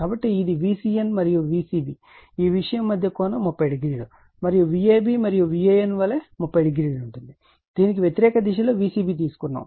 కాబట్టి ఇది VCN మరియు V cb ఈ విషయం మధ్య కోణం 30o మరియు Vab మరియు VAN వలె 30o ఉంటుంది దీనికి వ్యతిరేక దిశలో Vcb తీసుకున్నాము